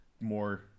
more